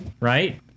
right